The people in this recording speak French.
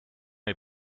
est